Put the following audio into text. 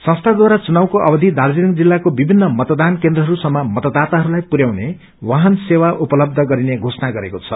संस्थाद्वारा चुनावको अवधि दार्जीलिङ जिल्लाको विभिन्न मतदान केन्द्रहरूसम्म मतदाताहरूलाई पुर्याउने वाहन सेवा उपलब्ध गरीने घोषणा गरेको छ